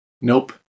Nope